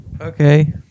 okay